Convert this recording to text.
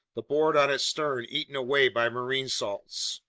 the board on its stern eaten away by marine salts!